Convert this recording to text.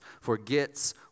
forgets